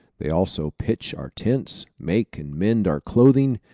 they also pitch our tents, make and mend our clothing,